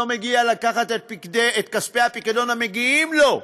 מגיע לקחת את כספי הפיקדון המגיעים לו,